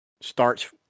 starts